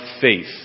faith